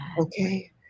okay